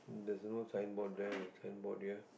there's no signboard there signboard here